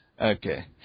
Okay